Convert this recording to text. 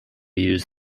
use